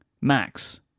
Max